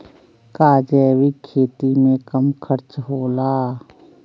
का जैविक खेती में कम खर्च होला?